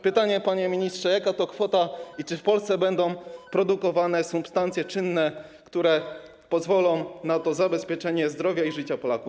Pytanie, panie ministrze: Jaka to kwota i czy w Polsce będą produkowane substancje czynne, które pozwolą na to zabezpieczenie zdrowia i życia Polaków?